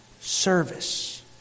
service